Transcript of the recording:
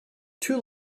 two